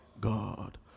God